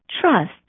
trust